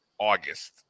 August